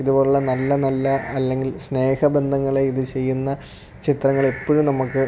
ഇതുപോലുള്ള നല്ല നല്ല അല്ലെങ്കിൽ സ്നേഹ ബന്ധങ്ങളെ ഇത് ചെയ്യുന്ന ചിത്രങ്ങളെപ്പഴും നമുക്ക്